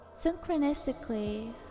Synchronistically